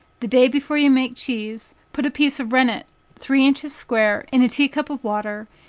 the day before you make cheese, put a piece of rennet three inches square in a tea-cup of water,